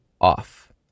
off